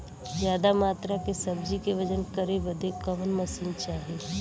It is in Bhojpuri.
ज्यादा मात्रा के सब्जी के वजन करे बदे कवन मशीन चाही?